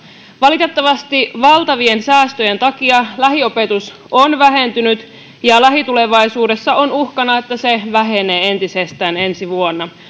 valitettavasti valtavien säästöjen takia lähiopetus on vähentynyt ja lähitulevaisuudessa on uhkana että se vähenee entisestään ensi vuonna